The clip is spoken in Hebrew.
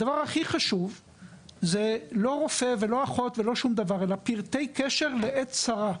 הדבר הכי חשוב זה לא רופא ולא אחות ולא שום דבר אלא פרטי קשר לעת צרה.